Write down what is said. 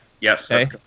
Yes